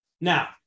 Now